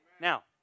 Now